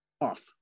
off